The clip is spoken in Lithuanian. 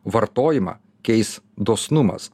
vartojimą keis dosnumas